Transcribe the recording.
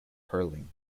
hurling